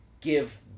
give